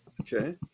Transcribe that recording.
Okay